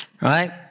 right